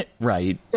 Right